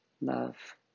Love